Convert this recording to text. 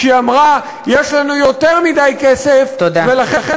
כשהיא אמרה: יש לנו יותר מדי כסף ולכן